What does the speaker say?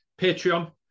Patreon